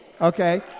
okay